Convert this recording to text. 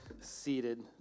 seated